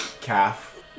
Calf